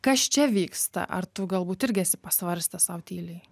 kas čia vyksta ar tu galbūt irgi esi pasvarstęs sau tyliai